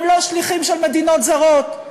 הם לא שליחים של מדינות זרות,